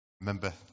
Remember